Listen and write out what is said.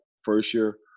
first-year